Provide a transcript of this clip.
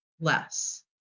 less